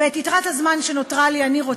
ואת יתרת הזמן שנותרה לי אני רוצה,